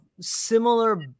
similar